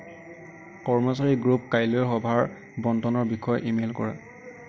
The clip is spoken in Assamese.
কৰ্মচাৰী গ্ৰুপ কাইলৈৰ সভাৰ বণ্টনৰ বিষয়ে ইমেইল কৰা